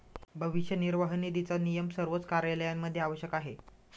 भविष्य निर्वाह निधीचा नियम सर्वच कार्यालयांमध्ये आवश्यक आहे